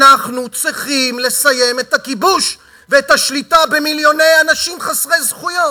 אנחנו צריכים לסיים את הכיבוש ואת השליטה במיליוני אנשים חסרי זכויות.